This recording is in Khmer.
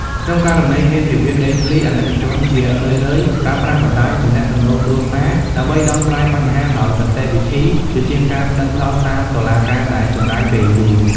ក្នុងករណីមានវិវាទដីធ្លី អាណិកជនជារឿយៗប្រើប្រាស់ "បណ្ដាញទំនាក់ទំនងគ្រួសារ" ដើម្បីដោះស្រាយបញ្ហាដោយសន្តិវិធីជាជាងការប្ដឹងផ្ដល់តាមតុលាការដែលចំណាយពេលយូរ។